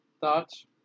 Thoughts